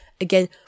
again